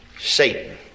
Satan